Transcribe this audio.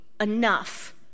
enough